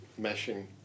meshing